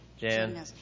Jan